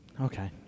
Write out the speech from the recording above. Okay